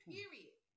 Period